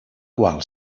qual